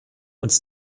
uns